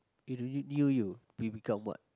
we review you we become what